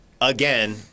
again